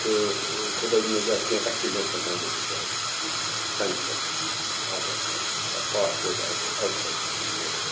تہٕ خۄداے دِیِن نجات کینٛہہ ایٚکسِڈنٛٹ ہٮ۪کان گٔژھِتھ گاڑِ تَمہِ خٲطرٕ چھِ آدھار کارڈ یا پاسپوٹ او آوٹ سایڈ چھُ ضوٚرَتھ